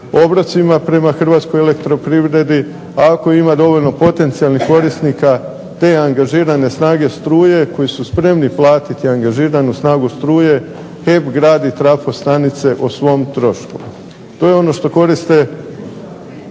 obrocima prema Hrvatskoj elektroprivredi. A ako ima dovoljno potencijalnih korisnika te angažirane snage struje koji su spremni platiti angažiranu snagu struje HEP gradi trafostanice o svom trošku. To je ono što koriste